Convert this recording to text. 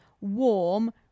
warm